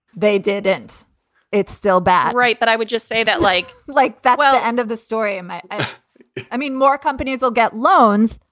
they did. it's still bad, right. but i would just say that like like that. well, end of the story. and i i mean, more companies will get loans.